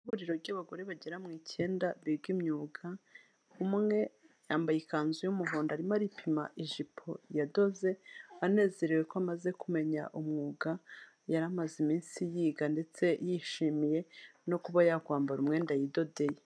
Ihuriro ry'abagore bagera mu icyenda biga imyuga, umwe yambaye ikanzu y'umuhondo, arimo aripima ijipo yadoze, anezerewe ko amaze kumenya umwuga yari amaze iminsi yiga, ndetse yishimiye no kuba yakwambara umwenda yidodeye.